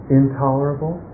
intolerable